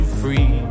free